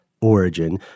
origin